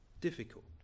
difficult